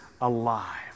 alive